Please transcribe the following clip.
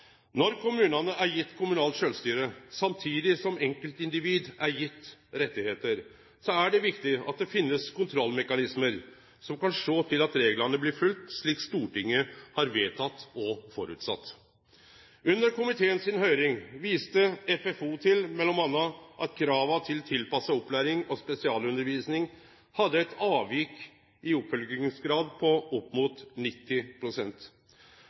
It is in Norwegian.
Når kommunane er gjevne kommunalt sjølvstyre, samtidig som enkeltindivid er gjevne rettar, er det viktig at det finst kontrollmekanismar som kan sjå til at reglane blir følgde, slik Stortinget har vedteke og føresett. Under komiteen si høyring viste FFO m.a. til at krava til tilpassa opplæring og spesialundervisning hadde eit avvik i oppfyllingsgrad på opp mot